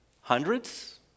Hundreds